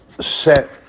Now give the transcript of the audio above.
set